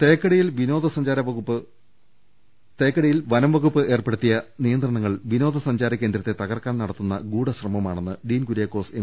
രുട്ടിട്ട്ട്ട്ട്ട്ട്ട തേക്കടിയിൽ വനംവകുപ്പ് ഏർപ്പെടുത്തിയ നിയന്ത്രണങ്ങൾ വിനോദ സഞ്ചാര കേന്ദ്രത്തെ തകർക്കാൻ നടത്തുന്ന ഗൂഢശ്രമമാണെന്ന് ഡീൻ കുര്യാ ക്കോസ് എം